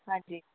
ਹਾਂਜੀ